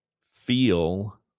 feel